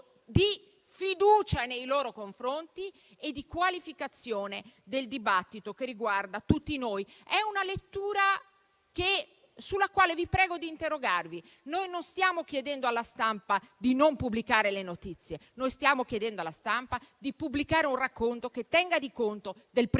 di fiducia nei loro confronti e di qualificazione del dibattito che riguarda tutti noi. È una lettura sulla quale vi prego di interrogarvi. Noi non stiamo chiedendo alla stampa di non pubblicare le notizie: noi stiamo chiedendo alla stampa di pubblicare un racconto che tenga conto del principio